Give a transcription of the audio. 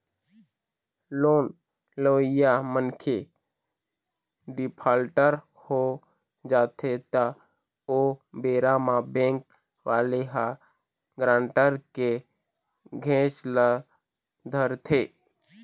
loan लेवइया मनखे defaulter हो जाथे त ओ बेरा म बेंक वाले ह गारंटर के घेंच ल धरथे